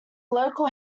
local